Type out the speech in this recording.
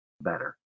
better